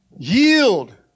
Yield